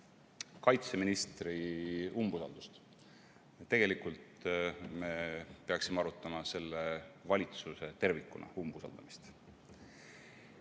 kaitseministri umbusaldamist. Tegelikult me peaksime arutama selle valitsuse umbusaldamist